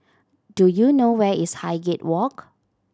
do you know where is Highgate Walk